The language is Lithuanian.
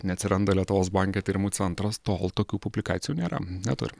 neatsiranda lietuvos banke tyrimų centras tol tokių publikacijų nėra neturim